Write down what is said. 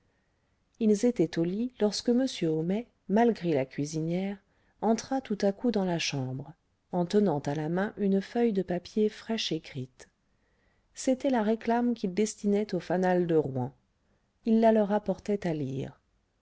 ils étaient au lit lorsque m homais malgré la cuisinière entra tout à coup dans la chambre en tenant à la main une feuille de papier fraîche écrite c'était la réclame qu'il destinait au fanal de rouen il la leur apportait à lire